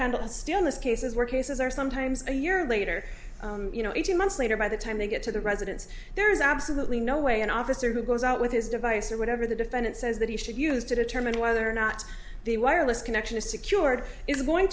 handles stillness cases where cases are sometimes a year later you know eighteen months later by the time they get to the residence there is absolutely no way an officer who goes out with his device or whatever the defendant says that he should use to determine whether or not the wireless connection is secured is going